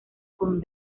con